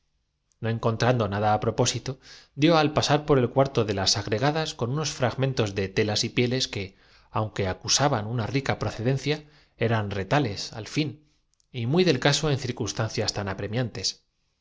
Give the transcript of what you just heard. doncella mirándole de hito en hito temerosa de por el cuarto de las agregadas con unos fragmentos de que también empezara él á reducirse como los otros telas y pieles que aunque acusaban una rica proce dencia eran retales al fin y muy del caso en circuns qué